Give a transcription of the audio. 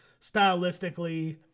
stylistically